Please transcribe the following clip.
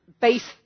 based